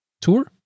Tour